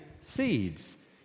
seeds